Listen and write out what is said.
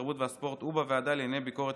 התרבות והספורט ובוועדה לענייני ביקורת